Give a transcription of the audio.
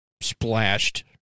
splashed